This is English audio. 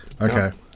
Okay